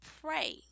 pray